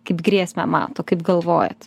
kaip grėsmę mato kaip galvojat